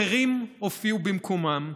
אחרים הופיעו במקומם,